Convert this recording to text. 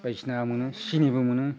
बायदिसिना मोनो सिनिबो मोनो